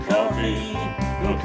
Coffee